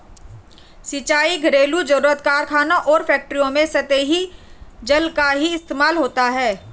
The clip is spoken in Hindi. सिंचाई, घरेलु जरुरत, कारखानों और फैक्ट्रियों में सतही जल का ही इस्तेमाल होता है